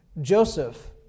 Joseph